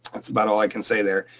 that's about all i can say there.